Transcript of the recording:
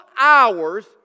hours